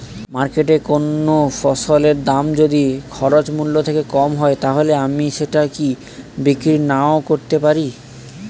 মার্কেটৈ কোন ফসলের দাম যদি খরচ মূল্য থেকে কম হয় তাহলে আমি সেটা কি বিক্রি নাকরতেও পারি?